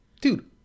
dude